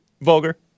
Vulgar